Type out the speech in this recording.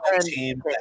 team